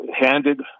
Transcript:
handed